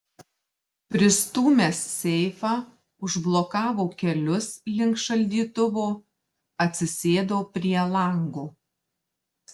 pristūmęs seifą užblokavo kelius link šaldytuvo atsisėdo prie lango